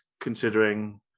considering